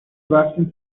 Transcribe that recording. رفتیم